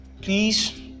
please